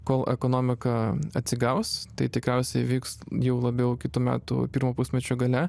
kol ekonomika atsigaus tai tikriausiai vyks jau labiau kitų metų pirmo pusmečio gale